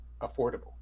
affordable